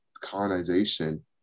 colonization